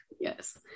Yes